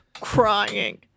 crying